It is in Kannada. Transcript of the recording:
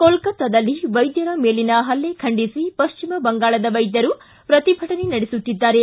ಕೋಲ್ತತ್ತದಲ್ಲಿ ವೈದ್ದರ ಮೇಲಿನ ಹಲ್ಲಿ ಖಂಡಿಸಿ ಪಶ್ಚಿಮ ಬಂಗಾಳದ ವೈದ್ದರು ಪ್ರತಿಭಟನೆ ನಡೆಸುತ್ತಿದ್ದಾರೆ